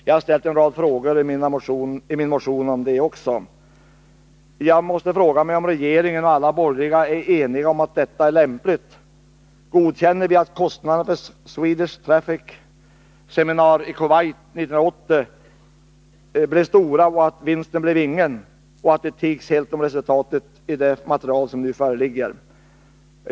Jag har i min motion ställt en rad frågor också om detta. Är regeringen och alla borgerliga ledamöter eniga om att detta är lämpligt? Godkänner vi att kostnaderna för Swedish Traffic Safety Seminar, som 1980 hölls i Kuwait, blev stora och att vinsten blev 0? Accepterar vi att man tiger om resultatet i det material som nu föreligger?